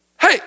Hey